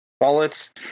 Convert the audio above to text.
wallets